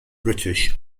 british